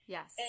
Yes